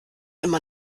immer